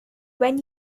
when